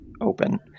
open